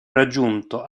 raggiunto